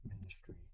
ministry